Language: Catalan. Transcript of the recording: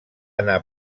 anar